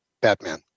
Batman